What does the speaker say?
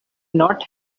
not